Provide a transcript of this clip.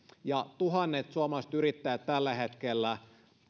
ja tuhannet suomalaiset yrittäjät tällä hetkellä